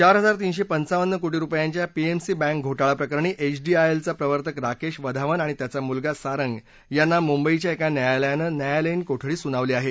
चार हजार तीनशे पंचावन्न कोटी रुपयांच्या पीएमसी बँक घोटाळा प्रकरणी एचडीआयएलचा प्रवर्तक राकेश वधावन आणि त्याचा मुलगा सारंग यांना मुंबईच्या एका न्यायालयानं न्यायालयीन कोठडी सुनावली आहे